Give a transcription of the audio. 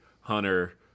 hunter